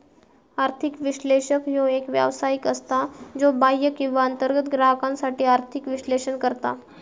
आर्थिक विश्लेषक ह्यो एक व्यावसायिक असता, ज्यो बाह्य किंवा अंतर्गत ग्राहकांसाठी आर्थिक विश्लेषण करता